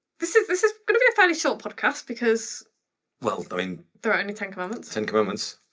this is this is gonna be a fairly short podcast because well, i mean. there are only ten commandments. ten commandments.